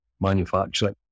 manufacturing